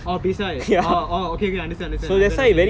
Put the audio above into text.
orh beside orh okay understand understand okay okay